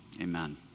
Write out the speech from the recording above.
amen